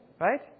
right